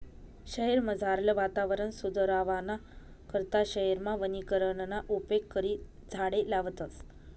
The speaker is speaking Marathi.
शयेरमझारलं वातावरण सुदरावाना करता शयेरमा वनीकरणना उपेग करी झाडें लावतस